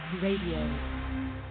radio